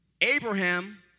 Abraham